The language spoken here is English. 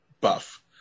buff